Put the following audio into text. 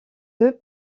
deux